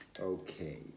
Okay